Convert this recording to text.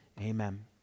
Amen